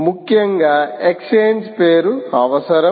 ముఖ్యంగా ఎక్స్ఛేంజ్ పేరు అవసరం